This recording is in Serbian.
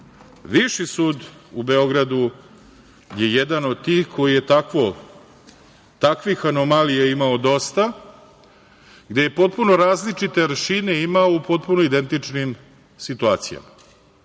sud u Beogradu je jedan od tih koji je takvih anomalija imao dosta, gde je potpuno različite aršine imao u potpuno identičnim situacijama.